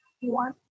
one